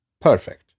Perfect